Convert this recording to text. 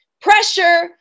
Pressure